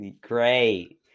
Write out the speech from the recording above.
great